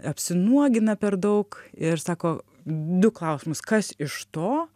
apsinuogina per daug ir sako du klausimus kas iš to